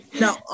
no